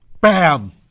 bam